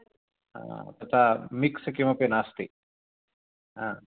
तथा मिक्स् किमपि नास्ति